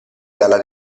dalla